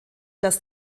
das